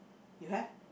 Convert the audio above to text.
you have